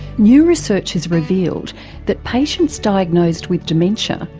new research has revealed that patients diagnosed with dementia,